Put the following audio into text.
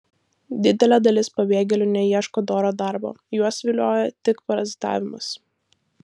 didelė dalis pabėgėlių neieško doro darbo juos vilioja tik parazitavimas